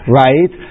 right